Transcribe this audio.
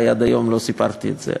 עד היום לא סיפרתי את זה.